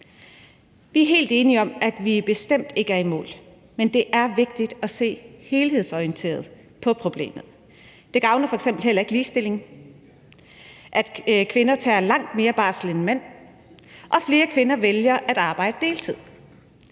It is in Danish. Vi er helt enige i, at vi bestemt ikke er i mål, men det er vigtigt at se helhedsorienteret på problemet. Det gavner f.eks. heller ikke ligestilling, at kvinder tager langt mere barsel end mænd, og at flere kvinder vælger at arbejde på deltid.